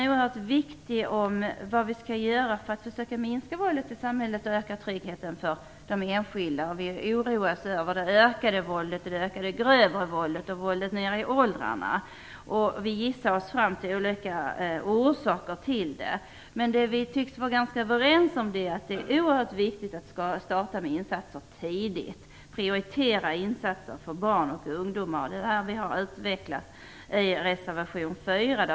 Debatten om vad vi skall göra för att försöka minska våldet i samhället och öka tryggheten för de enskilda är oerhört viktig. Vi oroas över det ökade våldet, det ökade grövre våldet och att våldet går ner i åldrarna. Vi gissar oss fram till olika orsaker till det. Det vi tycks vara ganska överens om är att det är oerhört viktigt att starta insatser tidigt och prioritera insatser för barn och ungdomar. Detta har Centern utvecklat i reservation 4.